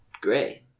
gray